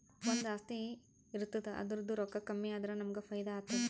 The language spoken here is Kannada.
ಒಂದು ಆಸ್ತಿ ಇರ್ತುದ್ ಅದುರ್ದೂ ರೊಕ್ಕಾ ಕಮ್ಮಿ ಆದುರ ನಮ್ಮೂಗ್ ಫೈದಾ ಆತ್ತುದ